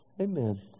Amen